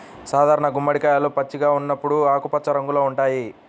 సాధారణ గుమ్మడికాయలు పచ్చిగా ఉన్నప్పుడు ఆకుపచ్చ రంగులో ఉంటాయి